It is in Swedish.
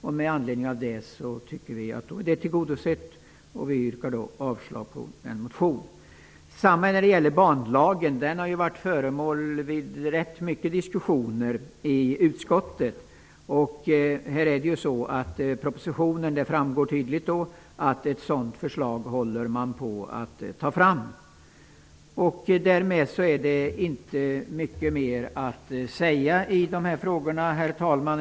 Vi tycker därför att denna fråga är tillgodosedd, och vi yrkar avslag på motionen i fråga. Detsamma gäller banlagen, som har varit föremål för rätt många diskussioner i utskottet. I propositionen framgår det tydligt att man håller på att ta fram ett förslag i denna fråga. Därmed är det inte mycket mer att säga i de här frågorna, herr talman.